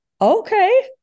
okay